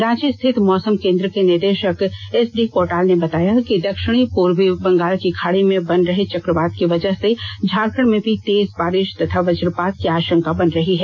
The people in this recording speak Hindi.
रांची स्थित मौसम केंद्र के निदेशक एसडी कोटाल ने बताया कि दक्षिणी पूर्वी बंगाल की खाड़ी में बन रहे चक्रवात की वजह से झारखंड में भी तेज बारिश तथा वजपात की आशंका बन रही है